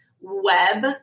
web